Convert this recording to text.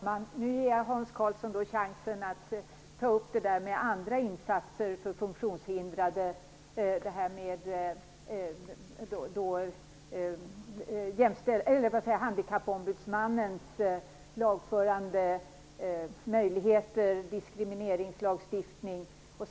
Herr talman! Nu ger jag Hans Karlsson chansen att svara på frågan om andra insatser för funktionshindrade. Det gäller Handikappombudsmannens möjligheter att lagföra och diskrimineringslagstiftningen.